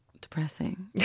Depressing